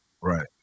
right